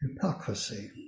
hypocrisy